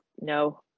No